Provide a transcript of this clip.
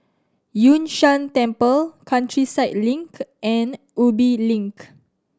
Yun Shan Temple Countryside Link and Ubi Link